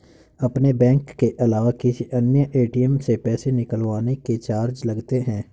अपने बैंक के अलावा किसी अन्य ए.टी.एम से पैसे निकलवाने के चार्ज लगते हैं